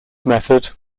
method